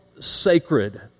sacred